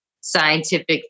scientific